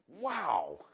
wow